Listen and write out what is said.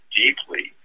deeply